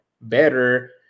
better